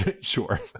Sure